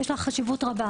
יש חשיבות רבה.